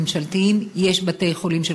יש לנו בתי-חולים ממשלתיים,